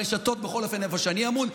ברשתות איפה שאני אמון.